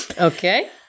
Okay